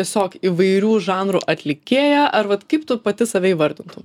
tiesiog įvairių žanrų atlikėja ar vat kaip tu pati save įvardintum